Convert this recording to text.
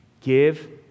give